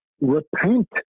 repent